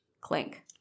Clink